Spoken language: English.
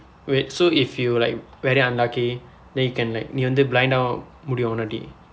wait so if you like very unlucky then you can like நீ வந்து:nii vandthu blind ஆகவும் முடியும் உன்னால:aagavum mudiyum unaala